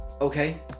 Okay